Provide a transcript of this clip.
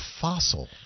fossil